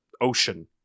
ocean